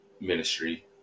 ministry